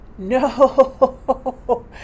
No